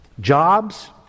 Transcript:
Jobs